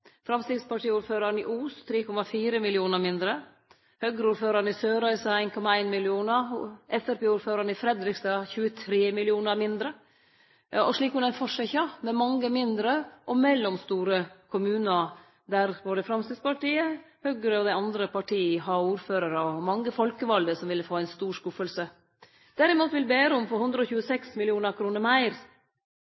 Framstegspartiordføraren i Os vil få 3,4 mill. kr mindre, og Høgre-ordføraren i Sørreisa vil få 1,1 mill. kr mindre. Framstegspartiordføraren i Fredrikstad vil få 23 mill. kr mindre. Og slik kunne ein fortsetje med mange mindre og mellomstore kommunar, der både Framstegspartiet, Høgre og dei andre partia har ordførarar og mange folkevalde som ville få ein stor skuffelse. Derimot vil Bærum få